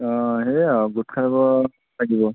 অঁ সেইয়াই আৰু গোট খাব লাগিব